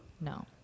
No